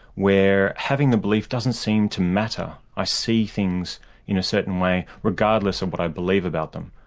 where having the belief doesn't seem to matter. i see things in a certain way regardless of what i believe about them.